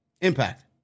Impact